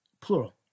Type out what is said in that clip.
plural